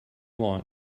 want